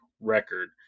record